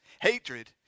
Hatred